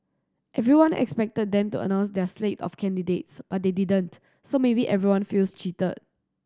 everyone expected them to announce their slate of candidates but they didn't so maybe everyone feels cheated